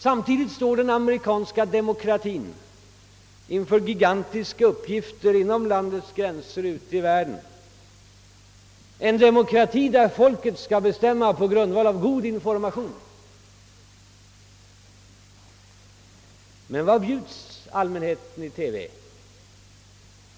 Samtidigt står den amerikanska demokratien inför gigantiska uppgifter inom landets gränser och ute i världen, en demokrati där folket skall bestämma på grundval av god information. Men vad bjudes allmänheten i TV?